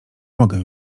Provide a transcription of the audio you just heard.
mogę